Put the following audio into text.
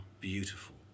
beautiful